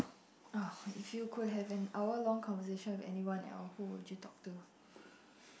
ah if you could have an hour long conversation with anyone else who would you talk to